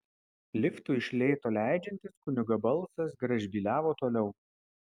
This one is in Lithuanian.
liftui iš lėto leidžiantis kunigo balsas gražbyliavo toliau